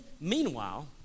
meanwhile